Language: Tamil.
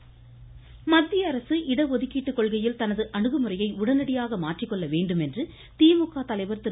ஸ்டாலின் மத்தியஅரசு இடஒதுக்கீட்டு கொள்கையில் தனது அணுகுமுறையை உடனடியாக மாற்றிக்கொள்ள வேண்டுமென்று திமுக தலைவர் திரு